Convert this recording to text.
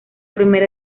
primera